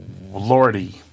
lordy